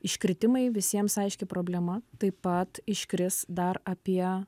iškritimai visiems aiški problema taip pat iškris dar apie